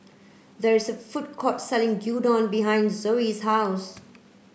there is a food court selling Gyudon behind Zoie's house